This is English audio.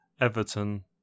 Everton